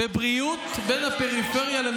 לא,